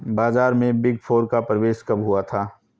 बाजार में big four का प्रवेश कब हुआ था?